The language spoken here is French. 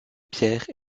pierre